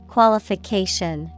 Qualification